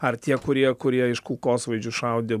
ar tie kurie kurie iš kulkosvaidžių šaudė